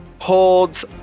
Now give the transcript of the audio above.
holds